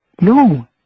no